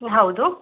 ಹ್ಞೂ ಹೌದು